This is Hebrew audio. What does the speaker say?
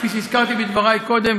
כפי שהזכרתי בדברי קודם,